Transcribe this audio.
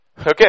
Okay